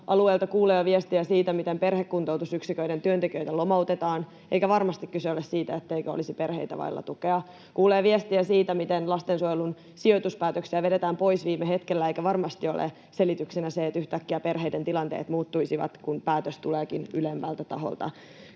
Alueilta kuulee jo viestejä siitä, miten perhekuntoutusyksiköiden työntekijöitä lomautetaan, eikä varmasti kyse ole siitä, etteikö olisi perheitä vailla tukea. Kuulee viestejä siitä, miten lastensuojelun sijoituspäätöksiä vedetään pois viime hetkellä, eikä varmasti ole selityksenä se, että yhtäkkiä perheiden tilanteet muuttuisivat, kun päätös tuleekin ylemmältä taholta.